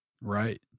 right